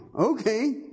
Okay